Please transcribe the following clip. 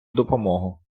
допомогу